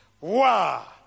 Wow